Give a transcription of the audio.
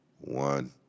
One